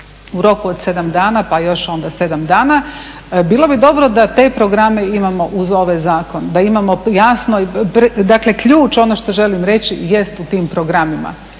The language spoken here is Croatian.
u roku od 7 dana pa još onda 7 dana. Bilo bi dobro da te programe imamo uz ovaj zakon, da imamo jasno, dakle ključ ono što želim reći jest u tim programima,